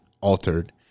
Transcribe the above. altered